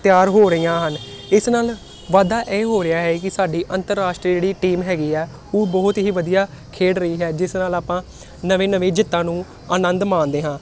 ਤਿਆਰ ਹੋ ਰਹੀਆਂ ਹਨ ਇਸ ਨਾਲ ਵਾਧਾ ਇਹ ਹੋ ਰਿਹਾ ਹੈ ਕਿ ਸਾਡੀ ਅੰਤਰਰਾਸ਼ਟਰੀ ਜਿਹੜੀ ਟੀਮ ਹੈਗੀ ਆ ਉਹ ਬਹੁਤ ਹੀ ਵਧੀਆ ਖੇਡ ਰਹੀ ਹੈ ਜਿਸ ਨਾਲ ਆਪਾਂ ਨਵੀਂ ਨਵੀਂ ਜਿੱਤਾਂ ਨੂੰ ਆਨੰਦ ਮਾਣਦੇ ਹਾਂ